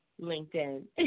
LinkedIn